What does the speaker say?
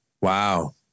Wow